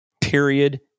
period